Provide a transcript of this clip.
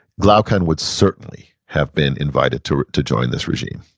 glaucon would certainly have been invited to to join this regime.